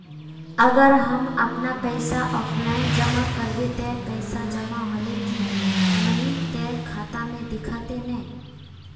अगर हम अपन पैसा ऑफलाइन जमा करबे ते पैसा जमा होले की नय इ ते खाता में दिखते ने?